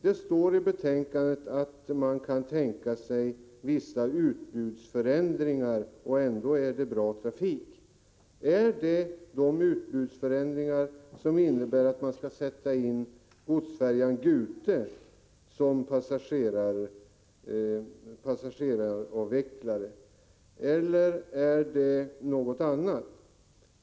Det står i betänkandet att man kan tänka sig vissa utbudsförändringar och att detta ändå är en bra trafik. Är det de utbudsförändringarna som innebär att man skall sätta in godsfärjan Gute som passageraravvecklare, eller är det något annat?